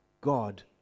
God